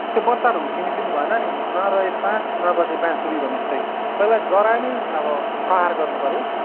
त्यो बच्चाहरू हुर्किन दिनुभएन नि नरहे बाँस नबजे बाँसुरी भने जस्तै पहिले जरा नै अब प्रहार गर्नुपऱ्यो